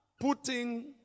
putting